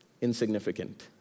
insignificant